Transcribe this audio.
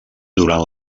durant